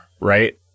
right